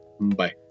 bye